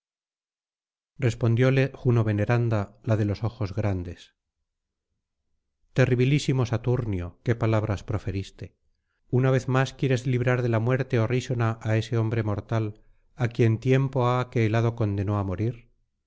respondióle juno veneranda la de los ojos grandes terribilísimo saturnio qué palabras proferiste una vez más quieres librar de la muerte horrísona á ese hombre mortal á quien tiempo ha que el hado condenó á morir